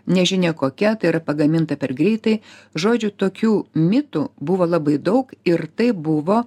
nežinia kokia tai yra pagaminta per greitai žodžiu tokių mitų buvo labai daug ir tai buvo